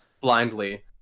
blindly